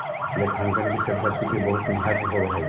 लेखांकन में संपत्ति के बहुत महत्व होवऽ हइ